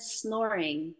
snoring